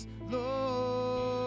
Lord